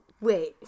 Wait